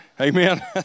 Amen